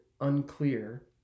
unclear